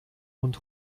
und